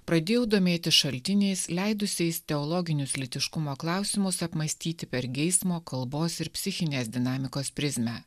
pradėjau domėtis šaltiniais leidusiais teologinius lytiškumo klausimus apmąstyti per geismo kalbos ir psichinės dinamikos prizmę